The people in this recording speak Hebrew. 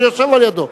שיושב לידו.